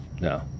No